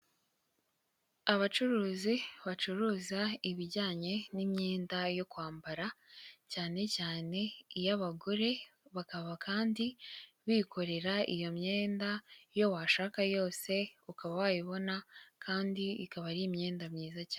Abacuruzi bacuruza ibijyanye n'imyenda yo kwambara cyane cyane iy'abagore, bakaba kandi bikorera iyo myenda, iyo washaka yose ukaba wayibona kandi ikaba ari imyenda myiza cyane.